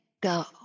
go